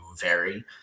vary